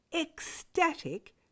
ecstatic